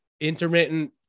intermittent